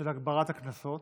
של הגברת הקנסות.